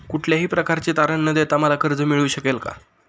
कुठल्याही प्रकारचे तारण न देता मला कर्ज मिळू शकेल काय?